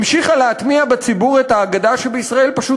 המשיכה להטמיע בציבור את האגדה שבישראל פשוט